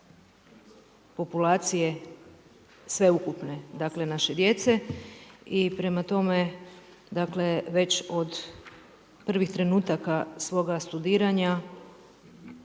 populacije sveukupne, dakle naše djece i prema tome dakle već od prvih trenutaka svoja studiranja